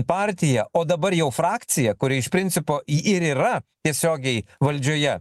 partija o dabar jau frakcija kuri iš principo i ir yra tiesiogiai valdžioje